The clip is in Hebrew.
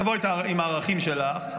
תבואי עם הערכים שלך,